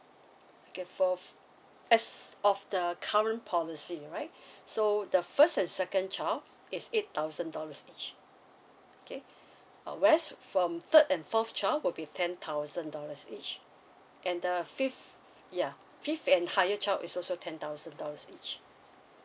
okay for as of the current policy alright so the first and second child is eight thousand dollars each okay uh whereas from third and fourth child would be ten thousand dollars each and the fifth ya fifth and higher child is also ten thousand dollars each